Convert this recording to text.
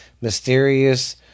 mysterious